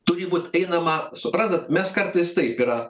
turi būt einama suprantat mes kartais taip yra